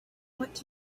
what